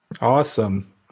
Awesome